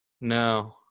No